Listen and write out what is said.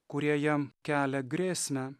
kurie jam kelia grėsmę